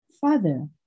father